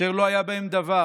אשר לא היה בהם דבר,